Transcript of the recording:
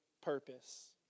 purpose